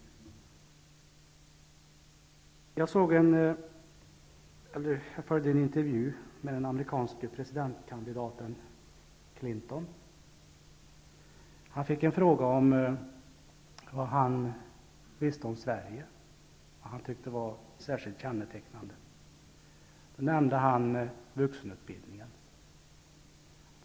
Jag följde en intervju med den amerikanske presidentkandidaten Clinton, som fick frågan vad han visste om Sverige och vad han tyckte var särskilt kännetecknande för Sverige. Han nämnde vuxenutbildningen.